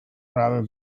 rather